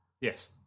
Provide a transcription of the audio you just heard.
Yes